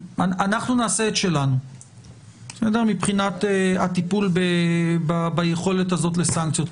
אנחנו נעשה את שלנו מבחינת הטיפול ביכולת הזאת לסנקציות.